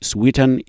Sweden